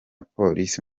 polisi